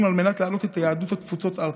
על מנת להעלות את יהדות התפוצות ארצה,